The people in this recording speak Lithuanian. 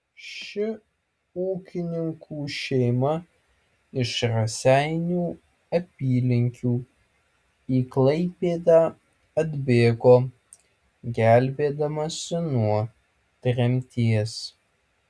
ši ūkininkų šeima iš raseinių apylinkių į klaipėdą atbėgo gelbėdamasi nuo tremties